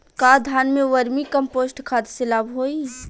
का धान में वर्मी कंपोस्ट खाद से लाभ होई?